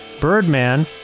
Birdman